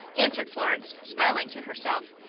answered florence, smiling to herself,